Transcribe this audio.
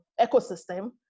ecosystem